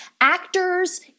Actors